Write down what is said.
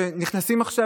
נכנסים עכשיו,